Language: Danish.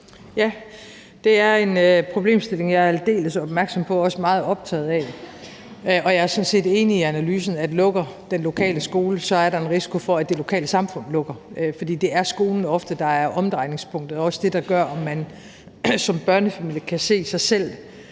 Ja, det er en problemstilling, jeg er aldeles opmærksom på og også meget optaget af. Og jeg er sådan set enig i analysen, at lukker den lokale skole, er der en risiko for, at det lokale samfund lukker, for det er ofte skolen, der er omdrejningspunktet, og det er også det, der gør, om man som børnefamilie kan se sig selv